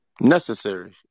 Necessary